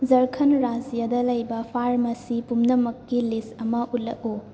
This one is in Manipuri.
ꯖꯔꯈꯟꯗ ꯔꯥꯏꯖ꯭ꯌꯗ ꯂꯩꯕ ꯐꯥꯔꯃꯥꯁꯤ ꯄꯨꯝꯅꯃꯛꯀꯤ ꯂꯤꯁ ꯑꯃ ꯎꯠꯂꯛꯎ